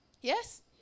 Yes